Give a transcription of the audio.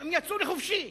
הם יצאו לחופשי,